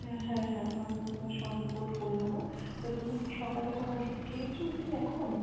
হ্যাঁ হ্যাঁ আমরা তোমার সব রিপোর্ট করে নেবো তা তুমি কি সকালে কোনও ওষুধ খেয়েছো কি এখন